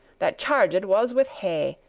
that charged was with hay,